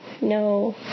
No